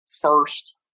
first